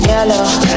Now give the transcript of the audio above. Yellow